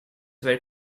were